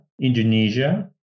Indonesia